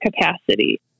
capacity